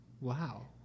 Wow